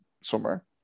swimmer